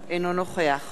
חיים אמסלם,